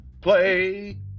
play